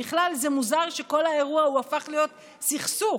בכלל, זה מוזר שכל האירוע הפך להיות סכסוך,